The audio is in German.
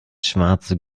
schwarze